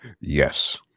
Yes